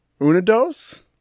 Unidos